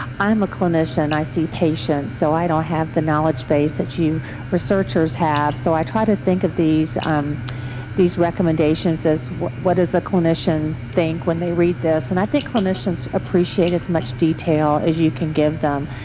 i'm a clinician, i see patients, so i don't have the knowledge base that you researchers have. so i try to think of these um these recommendations as what what does a clinician think when they read this. and i think clinicians appreciate as much detail as you can give them.